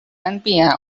enviar